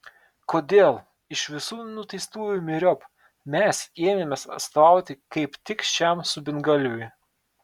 kodėl iš visų nuteistųjų myriop mes ėmėmės atstovauti kaip tik šiam subingalviui